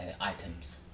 items